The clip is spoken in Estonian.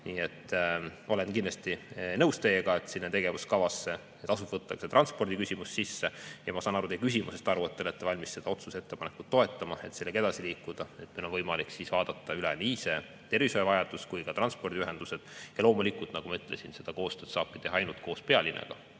Nii et ma olen kindlasti nõus teiega, et sinna tegevuskavasse tasub võtta see transpordiküsimus sisse. Ma saan teie küsimusest aru, et te olete valmis seda otsuse ettepanekut toetama, et sellega edasi liikuda, et meil on võimalik vaadata üle nii see tervishoiuvajadus kui ka transpordiühendused. Ja loomulikult, nagu ma ütlesin, seda koostööd saabki teha ainult koos pealinnaga.